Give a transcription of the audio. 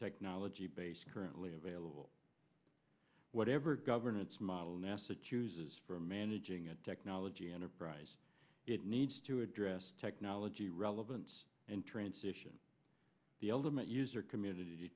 technology base currently available whatever governance model nasa chooses for managing a technology enterprise it needs to address technology relevance and transition the ultimate user community